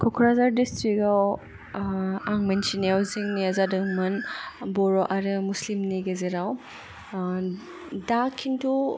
क'क्राझार डिस्ट्रिक्टआव आं मिन्थिनायाव जेंनाया जादोंमोन बर' आरो मुस्लिमनि गेजेराव दा किन्तु